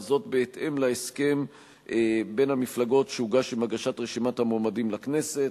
וזאת בהתאם להסכם בין המפלגות שהוגש עם הגשת רשימת המועמדים לכנסת.